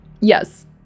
Yes